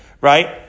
right